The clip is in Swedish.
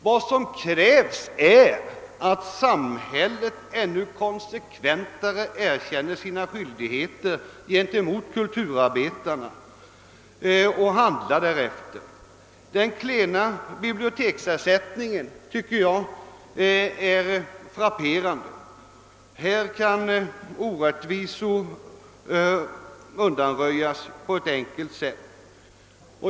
Vad som krävs är att samhället ännu konsekventare erkänner sina skyldigheter gentemot kulturarbetarna och handlar därefter. Den klena biblioteksersättningen tycker jag är frapperande. Här kan orättvisor undanröjas på ett enkelt sätt.